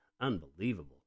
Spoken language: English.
unbelievable